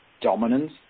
dominance